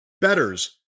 Betters